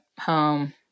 home